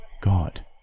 God